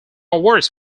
works